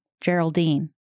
Geraldine